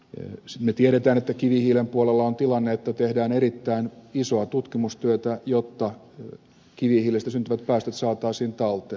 me tiedämme että kivihiilen puolella on tilanne että tehdään erittäin isoa tutkimustyötä jotta kivihiilestä syntyvät päästöt saataisiin talteen